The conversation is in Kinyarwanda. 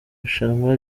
rushanwa